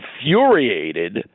infuriated